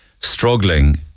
struggling